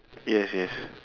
yes yes